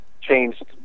changed